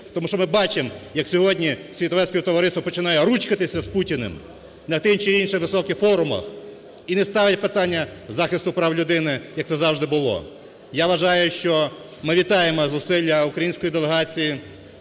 Тому що ми бачимо, як сьогодні світове співтовариство починає ручкатися з Путіним на тих чи інших високих форумах і не ставить питання захисту прав людини, як це завжди було. Я вважаю, що ми вітаємо зусилля української делегації